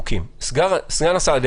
אבל סגן השר לא הציג נימוקים.